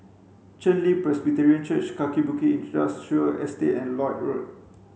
Chen Li Presbyterian Church Kaki Bukit Industrial Estate and Lloyd Road